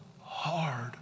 hard